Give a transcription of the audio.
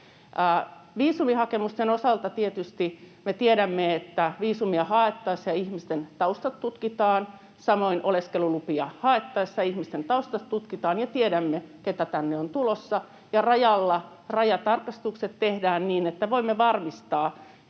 Viisumihakemusten osalta tietysti tiedämme, että viisumia haettaessa ihmisten taustat tutkitaan. Samoin oleskelulupia haettaessa ihmisten taustat tutkitaan, ja tiedämme, ketä tänne on tulossa. Rajalla rajatarkastukset tehdään niin, että voimme varmistaa,